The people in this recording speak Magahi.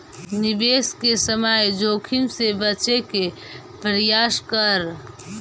निवेश के समय जोखिम से बचे के प्रयास करऽ